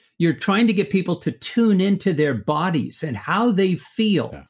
you're trying to get people to tune into their bodies, and how they feel,